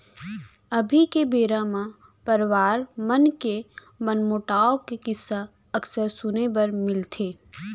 अभी के बेरा म परवार मन के मनमोटाव के किस्सा अक्सर सुने बर मिलथे